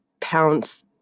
Pounce